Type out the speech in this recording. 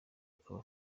akaba